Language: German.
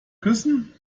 küssen